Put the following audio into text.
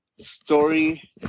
story